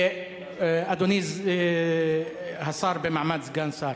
אדוני השר במעמד סגן שר,